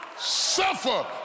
suffer